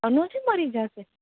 અનુજે મરી જાશે